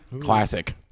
Classic